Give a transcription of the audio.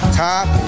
top